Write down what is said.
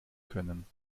können